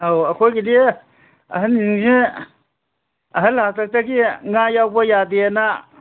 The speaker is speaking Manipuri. ꯑꯧ ꯑꯩꯈꯣꯏꯒꯤꯗꯤ ꯑꯍꯟꯁꯤꯡꯁꯤ ꯑꯍꯜ ꯍꯥꯛꯇꯛꯇꯒꯤ ꯉꯥ ꯌꯥꯎꯕ ꯌꯥꯗꯦꯅ